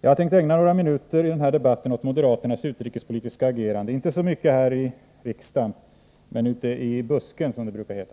Jag har tänkt ägna några minuter i den här debatten åt moderaternas utrikespolitiska agerande, inte så mycket här i riksdagen men ute i ”busken”, som det brukar heta.